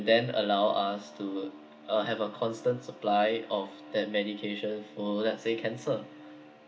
then allow us to uh have a constant supply of that medication for let's say cancer